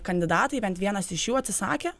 kandidatai bent vienas iš jų atsisakė